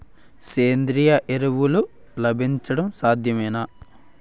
సేంద్రీయ ఎరువులు లభించడం సాధ్యమేనా?